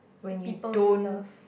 the people you love